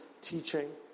teaching